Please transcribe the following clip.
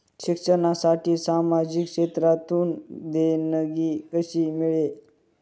शिक्षणासाठी सामाजिक क्षेत्रातून देणगी कशी मिळेल?